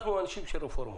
אנחנו אנשים של רפורמות.